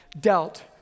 dealt